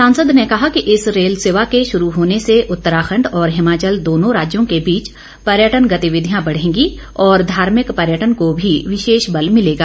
सांसद ने कहा कि इस रेल सेवा के शुरू होने से उत्तराखण्ड और हिमाचल दोंनो राज्यों के बीच पर्यटन गतिविधियां बढेंगी और धार्मिक पर्यटन को भी विशेष बल मिलेगा